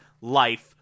life